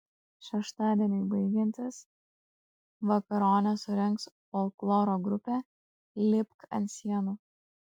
šeštadieniui baigiantis vakaronę surengs folkloro grupė lipk ant sienų